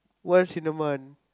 once in a month